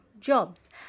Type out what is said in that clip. jobs